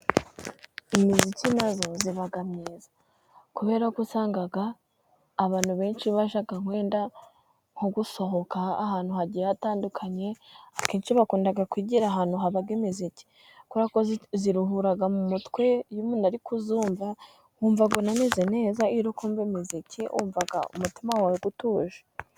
Imiziki nabwo iba myiza kubera ko usanga abantu benshi bajya wenda nko gusohoka ahantu hagiye hatandukanye, akenshi bakunda kwigira ahantu haba imiziki kubera ko iruhura mu mutwe. Iyo umuntu ari kuyumva yumva anameze neza, iyo uri kumva imiziki wumva umutima wawe utuje.